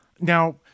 Now